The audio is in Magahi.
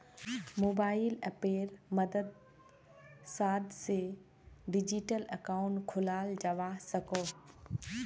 मोबाइल अप्पेर मद्साद से डिजिटल अकाउंट खोलाल जावा सकोह